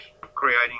creating